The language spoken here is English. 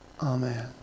Amen